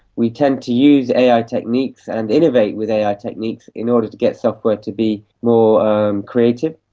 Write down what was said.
we tend to use ai techniques and innovate with ai techniques in order to get software to be more creative.